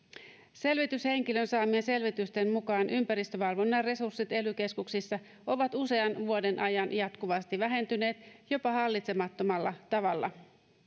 selvityshenkilön saamien selvitysten mukaan ympäristövalvonnan resurssit ely keskuksissa ovat usean vuoden ajan jatkuvasti vähentyneet jopa hallitsemattomalla tavalla